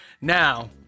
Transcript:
now